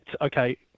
okay